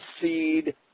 seed